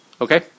Okay